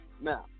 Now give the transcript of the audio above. Now